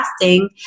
fasting